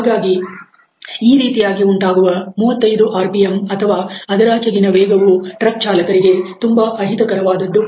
ಹಾಗಾಗಿ ಈ ರೀತಿಯಾಗಿ ಉಂಟಾಗುವ 35 ಆರ್ ಪಿ ಎಂ ಅಥವಾ ಅದರಾಚೆಗಿನ ವೇಗವು ಟ್ರಕ್ ಚಾಲಕರಿಗೆ ತುಂಬಾ ಅಹಿತಕರವಾದದ್ದು